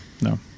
no